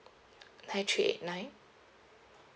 nine three eight nine